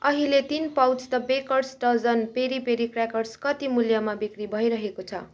अहिले तिन pouch the Baker's Dozen peri peri crackers कति मूल्यमा बिक्री भइरहेको छ